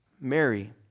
Mary